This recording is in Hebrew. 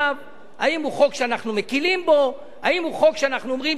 האם הוא חוק שאנחנו אומרים שיהיה איזה רב מקל באיזשהו מקום בארץ,